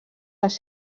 les